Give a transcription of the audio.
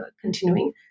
continuing